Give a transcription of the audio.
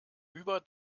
über